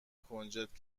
کنجد